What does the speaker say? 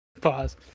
Pause